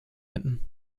hätten